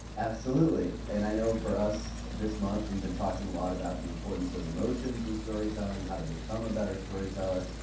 absolutely. and i know for us this month we've been talking a lot about the importance of emotions and storytelling, how to become a better storyteller.